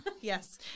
Yes